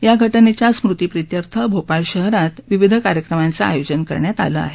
या घटनेच्या स्मृतीप्रित्यर्थ भोपाळ शहरात विविध कार्यक्रमांचही आयोजन करण्यात आलं आहे